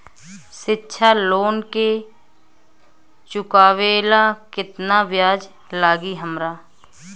शिक्षा लोन के चुकावेला केतना ब्याज लागि हमरा?